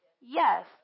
Yes